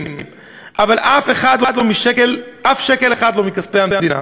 אבל אף לא שקל אחד מכספי המדינה.